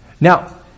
Now